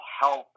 health